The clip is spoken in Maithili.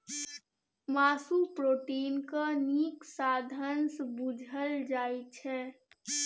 मासु प्रोटीनक नीक साधंश बुझल जाइ छै